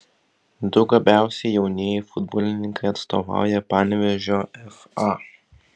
du gabiausi jaunieji futbolininkai atstovauja panevėžio fa